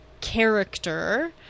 character